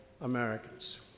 Americans